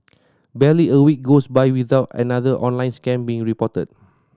barely a week goes by without another online scam being reported